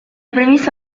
prevista